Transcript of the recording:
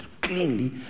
clearly